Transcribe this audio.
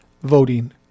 voting